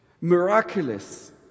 miraculous